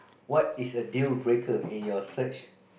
what is a deal breaker in your search